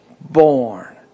born